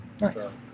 nice